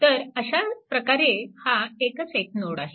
तर अशाप्रकारे हा एकच एक नोड आहे